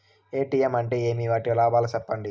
ATM అంటే ఏమి? వాటి లాభాలు సెప్పండి